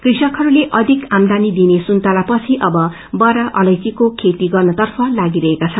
कृषकहरूले अयिक आम्दानी दिने सुन्तला पछि अब बड़ा अलैचीको खेती गर्न तफ्र लागि रहेका छन्